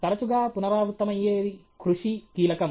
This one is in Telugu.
తరచుగా పునరావృతమయ్యే 'కృషి' కీలకం